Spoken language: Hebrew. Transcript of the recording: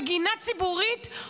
בגינה ציבורית,